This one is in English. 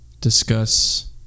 discuss